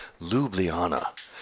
Ljubljana